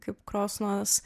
kaip krosnos